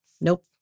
Nope